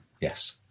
Yes